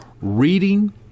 reading